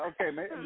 okay